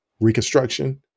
reconstruction